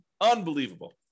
unbelievable